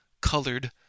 colored